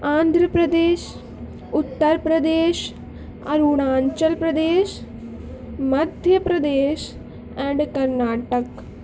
Andhra Pradesh Uttar Pradesh Arunachal Pradesh Madhya Pradesh and Karnataka